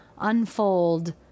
unfold